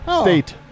State